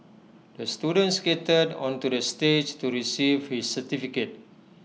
the student skated onto the stage to receive his certificate